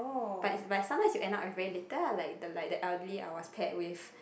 but it's but someone is end up with very little lah like the like the elderly I was pet with